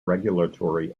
regulatory